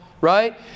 right